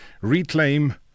reclaim